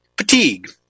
fatigue